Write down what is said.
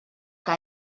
que